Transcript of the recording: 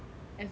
as in like